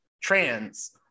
trans